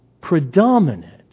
predominant